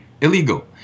illegal